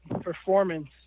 performance